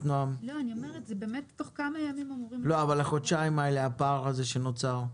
אבל הוא אמר לי שתוך שבוע שבועיים הוא ידווח לי על התחלה.